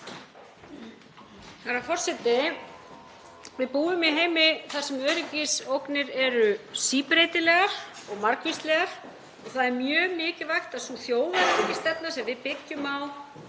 Herra forseti. Við búum í heimi þar sem öryggisógnir eru síbreytilegar og margvíslegar og það er mjög mikilvægt að sú þjóðaröryggisstefna sem við byggjum á